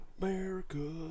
America